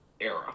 era